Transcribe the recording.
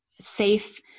safe